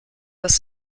dass